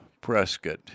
Prescott